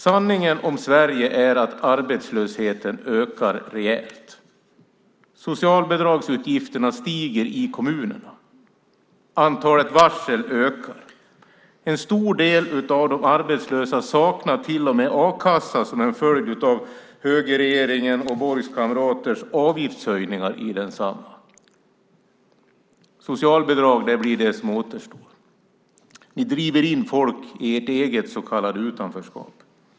Sanningen om Sverige är att arbetslösheten ökar rejält. Socialbidragsutgifterna stiger i kommunerna. Antalet varsel ökar. En stor del av de arbetslösa saknar till och med a-kassa som en följd av högerregeringens och Borgs kamraters höjningar i densamma. Socialbidrag blir det som återstår. Ni driver in människor i ert eget så kallade utanförskap.